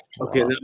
Okay